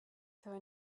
faire